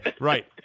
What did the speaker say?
Right